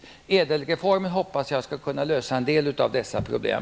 Jag hoppas att ÄDEL-reformen skall kunna lösa en del av dessa problem.